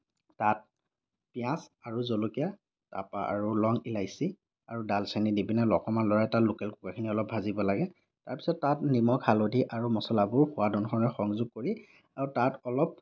তাত পিঁয়াজ আৰু জলকীয়া তাৰ পৰা আৰু লং ইলাইচী আৰু দালচেনী দি পিনে অকণমান লৰাই তাত লোকেল কুকুৰাখিনি অলপ ভাজিব লাগে তাৰ পিছত তাত নিমখ হালধি আৰু মছলাবোৰ সোৱাদ অনুসাৰে সংযোগ কৰি আৰু তাত অলপ